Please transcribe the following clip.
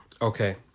Okay